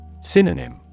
Synonym